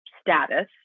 status